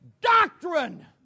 doctrine